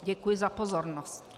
Děkuji za pozornost.